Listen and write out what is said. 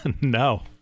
No